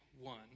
One